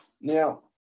Now